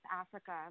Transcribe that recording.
Africa